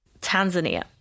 Tanzania